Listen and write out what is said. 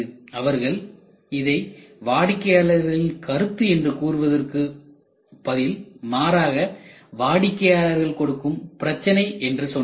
அவர்கள் இதை வாடிக்கையாளர்களின் கருத்து என்று கூறுவதற்கு பதில் மாறாக வாடிக்கையாளர்கள் கொடுக்கும் பிரச்சனை என்று சொன்னார்கள்